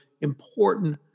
important